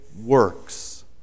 works